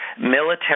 military